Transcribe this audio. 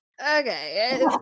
Okay